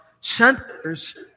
centers